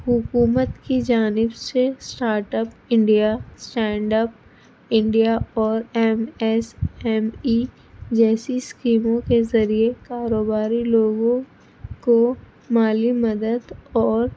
حکومت کی جانب سے start up India stand up India اور ایم ایس ایم ای جیسی اسکیموں کے ذریعے کاروباری لوگوں کو مالی مدد اور